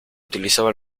utilizaba